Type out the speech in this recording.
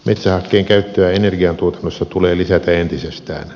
metsähakkeen käyttöä energiantuotannossa tulee lisätä entisestään